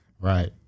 Right